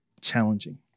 challenging